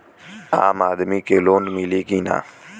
आम आदमी के लोन मिली कि ना?